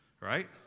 right